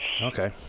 Okay